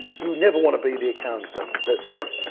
you never wanna be the accountant that says,